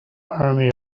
army